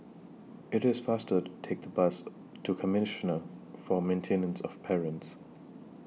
IT IS faster to Take The Bus to Commissioner For Maintenance of Parents